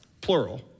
Plural